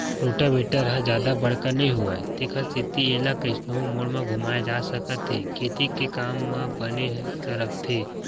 rotavator ह जादा बड़का नइ होवय तेखर सेती एला कइसनो मोड़ म घुमाए जा सकत हे खेती के काम ह बने सरकथे